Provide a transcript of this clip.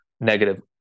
negative